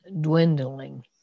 dwindling